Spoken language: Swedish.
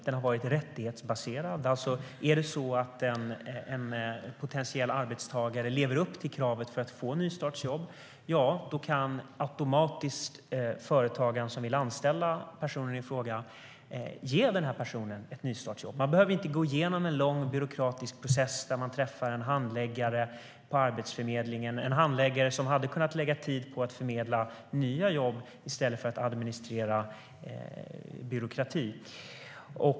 Den har varit rättighetsbaserad, det vill säga att om en potentiell arbetstagare lever upp till kraven för att få nystartsjobb kan automatiskt det företag som vill anställa personen i fråga erbjuda ett nystartsjobb. Man behöver inte gå igenom någon lång byråkratisk process och träffa handläggare på Arbetsförmedlingen, handläggare som hade kunnat lägga tid på att förmedla nya jobb i stället för att administrera byråkrati.